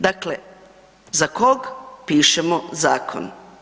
Dakle, za kog pišemo zakon?